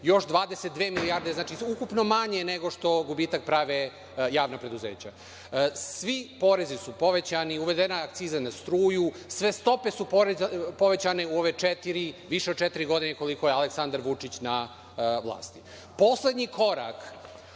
još 22 milijarde, ukupno je manje nego što gubitak prave javna preduzeća. Svi porezi su povećani, uvedena je akciza na struju, sve stope su povećane za više od četiri godine, koliko je Aleksandar Vučić na vlasti. Poslednji korak